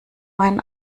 meinen